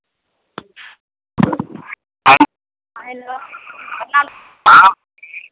हाँ हयलो हाँ